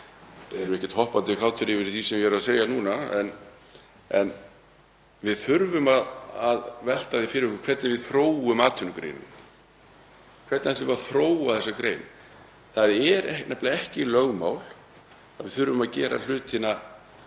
eru ekkert hoppandi kátir yfir því sem ég er að segja núna en við þurfum að velta því fyrir okkur hvernig við þróum atvinnugreinina, hvernig við ætlum að þróa þessa grein. Það er nefnilega ekki lögmál að við þurfum að gera alla